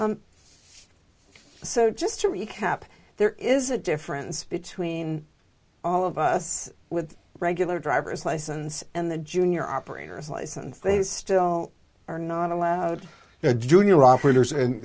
so just to recap there is a difference between all of us with regular drivers license and the junior operators license they still are not allowed junior operators and